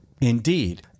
Indeed